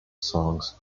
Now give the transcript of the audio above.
songs